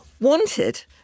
wanted